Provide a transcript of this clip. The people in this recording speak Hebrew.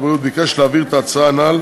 הרווחה והבריאות ביקש להעביר את ההצעה הנ"ל